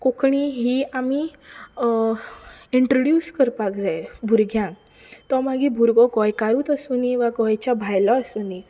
कोंकणी ही आमी इन्ट्रोड्यूस करपाक जाय भुरग्यांक तो मागीर भुरगो गोंयकारूच आसूंदी वा गोंयच्या भायलो आसूंदी